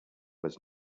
was